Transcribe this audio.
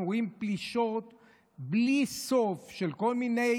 אנחנו רואים בלי סוף פלישות של כל מיני